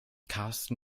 karsten